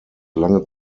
lange